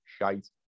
shite